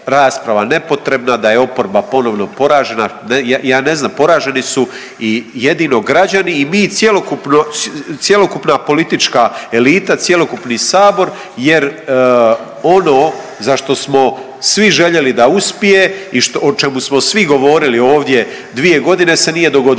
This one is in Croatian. nepotrebna, da je oporba ponovno poražena. Ja ne znam, poraženi su i jedino građani i mi cjelokupno, cjelokupna politička elita, cjelokupni Sabor jer ono za što smo svi željeli da uspije i o čemu smo svi govorili ovdje 2 godine se nije dogodilo.